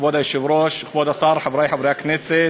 כבוד היושב-ראש, כבוד השר, חברי חברי הכנסת,